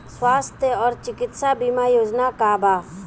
स्वस्थ और चिकित्सा बीमा योजना का बा?